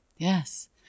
Yes